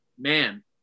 man